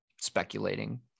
speculating